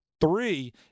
three